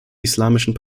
islamistischen